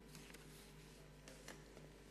מאיפה,